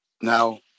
Now